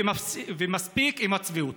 ומספיק עם הצביעות.